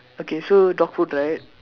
okay so dog food right